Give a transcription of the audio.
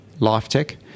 LifeTech